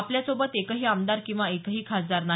आपल्यासोबत एकही आमदार किंवा एकही खासदार नाही